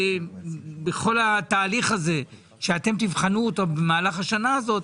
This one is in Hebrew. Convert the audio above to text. בכל התהליך הזה שאתם תבחנו אותו במהלך השנה הזאת,